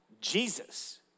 Jesus